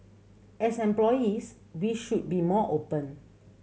as employees we should be more open